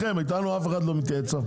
דור ההיי-טק לא יכול להכין תוכנה כזאת?